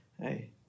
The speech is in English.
hey